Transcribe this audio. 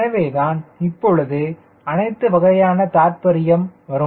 எனவேதான் இப்பொழுது அனைத்து வகையான தாத்பரியம் வரும்